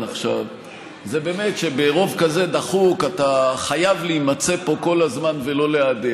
עכשיו זה באמת שברוב כזה דחוק אתה חייב להימצא פה כל הזמן ולא להיעדר.